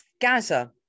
Gaza